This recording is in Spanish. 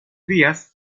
días